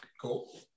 Cool